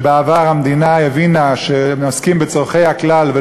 שבעבר המדינה הבינה שהם עוסקים בצורכי הכלל,